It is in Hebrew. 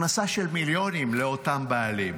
הכנסה של מיליונים לאותם בעלים.